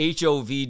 HOV